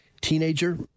teenager